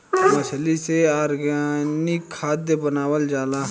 मछली से ऑर्गनिक खाद्य बनावल जाला